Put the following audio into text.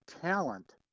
talent